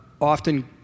often